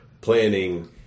planning